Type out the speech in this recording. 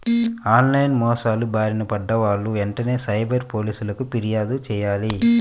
on line మోసాల బారిన పడ్డ వాళ్ళు వెంటనే సైబర్ పోలీసులకు పిర్యాదు చెయ్యాలి